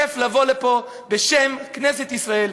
כיף לבוא לפה בשם כנסת ישראל